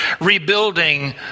rebuilding